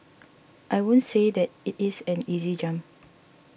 I won't say that it is an easy jump